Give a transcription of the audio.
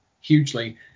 hugely